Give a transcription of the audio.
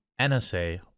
NSA